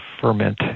ferment